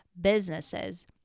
businesses